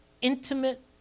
intimate